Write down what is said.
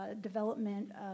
development